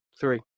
three